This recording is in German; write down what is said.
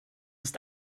ist